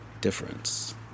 difference